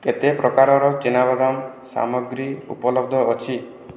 କେତେ ପ୍ରକାରର ଚିନାବାଦାମ ସାମଗ୍ରୀ ଉପଲବ୍ଧ ଅଛି